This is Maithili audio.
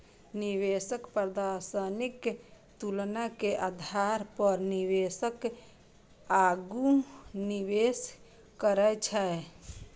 निवेश प्रदर्शनक तुलना के आधार पर निवेशक आगू निवेश करै छै